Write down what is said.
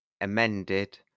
amended